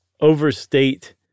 overstate